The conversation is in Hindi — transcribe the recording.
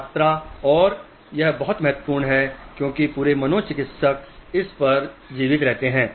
गुणवत्ता के लिए यह बहुत महत्वपूर्ण है क्योंकि पूरे मनोचिकित्सक इस पर जीवित रहते हैं